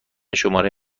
شماره